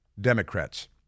Democrats